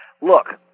Look